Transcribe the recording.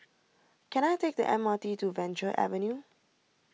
can I take the M R T to Venture Avenue